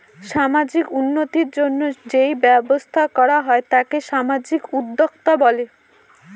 সামাজিক উন্নতির জন্য যেই ব্যবসা করা হয় তাকে সামাজিক উদ্যোক্তা বলে